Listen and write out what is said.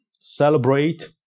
celebrate